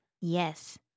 yes